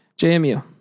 JMU